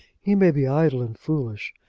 he may be idle and foolish,